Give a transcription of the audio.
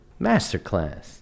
Masterclass